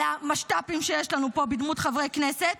על המשת"פים שיש לנו פה בדמות חברי הכנסת,